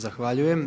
Zahvaljujem.